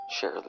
Share